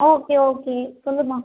okay okay சொல்லும்மா